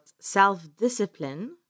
self-discipline